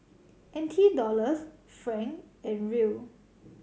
N T Dollars franc and Riel